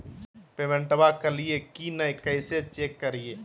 पेमेंटबा कलिए की नय, कैसे चेक करिए?